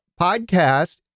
podcast